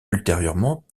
ultérieurement